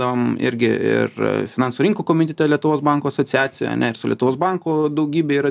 tam irgi ir finansų rinkų komitete lietuvos bankų asociacija ane ir su lietuvos banku daugybė yra